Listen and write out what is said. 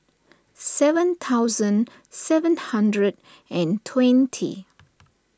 seven thousand seven hundred and twenty